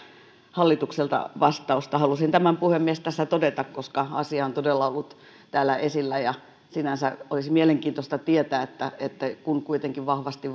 hallitukselta vastausta halusin tämän puhemies tässä todeta koska asia on todella ollut täällä esillä ja sinänsä olisi mielenkiintoista tietää että kun kuitenkin vahvasti